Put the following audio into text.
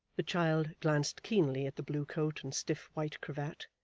the child glanced keenly at the blue coat and stiff white cravat,